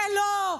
ולא,